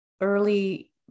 early